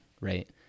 right